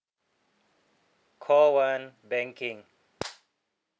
call one banking